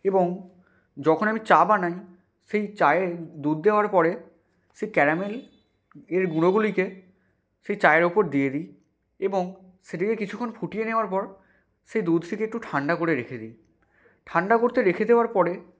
এবং যখন আমি চা বানাই সেই চায়ে দুধ দেওয়ার পরে সে ক্যারামেল এর গুঁড়োগুলিকে সেই চায়ের ওপর দিয়ে দিই এবং সেটিকে কিছুক্ষণ ফুটিয়ে নেওয়ার পর সে দুধটিকে একটু ঠান্ডা করে রেখে দিই ঠান্ডা করতে রেখে দেওয়ার পরে